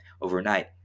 overnight